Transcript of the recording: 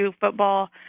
football